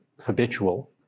habitual